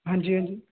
ਹਾਂਜੀ ਹਾਂਜੀ